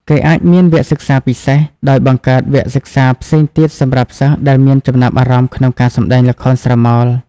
គេអាចមានវគ្គសិក្សាពិសេស ដោយបង្កើតវគ្គសិក្សាផ្សេងទៀតសម្រាប់សិស្សដែលមានចំណាប់អារម្មណ៍ក្នុងការសម្តែងល្ខោនស្រមោល។